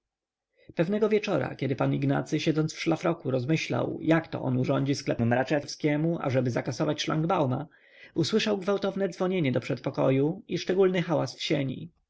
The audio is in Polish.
pewnego wieczora kiedy pan ignacy siedząc w szlafroku rozmyślał jak to on urządzi sklep mraczewskiemu ażeby zakasować szlangbauma usłyszał gwałtowne dzwonienie do przedpokoju i szczególny hałas w sieni